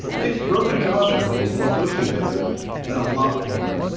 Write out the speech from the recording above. fix broken job interviews and negotiate better and a lot more.